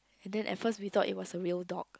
and then at first we thought it was a real dog